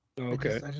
Okay